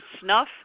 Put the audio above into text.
snuff